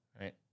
right